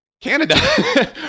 Canada